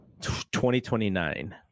2029